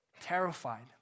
terrified